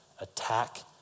attack